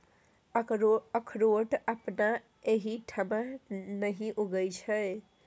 अकरोठ अपना एहिठाम नहि उगय छै